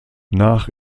nach